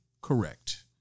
correct